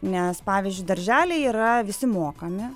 nes pavyzdžiui darželiai yra visi mokami